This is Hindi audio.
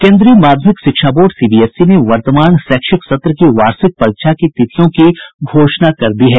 केन्द्रीय माध्यमिक शिक्षा बोर्ड सीबीएसई ने वर्तमान शैक्षिक सत्र की वार्षिक परीक्षा की तिथियों की घोषणा कर दी है